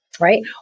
right